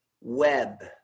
Web